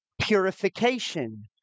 purification